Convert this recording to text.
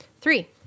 Three